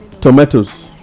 tomatoes